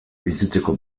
bizitzeko